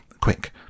quick